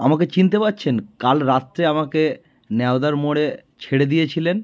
আমাকে চিনতে পারছেন কাল রাত্রে আমাকে ন্যাওদার মোড়ে ছেড়ে দিয়েছিলেন